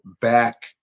back